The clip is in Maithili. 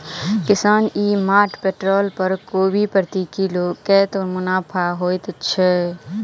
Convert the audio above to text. किसान ई मार्ट पोर्टल पर कोबी प्रति किलो कतै मुनाफा होइ छै?